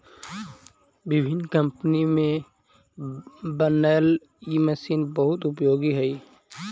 विभिन्न कम्पनी में बनल इ मशीन बहुत उपयोगी हई